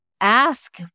ask